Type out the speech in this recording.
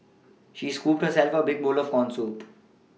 she scooped herself a big bowl of corn soup